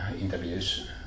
interviews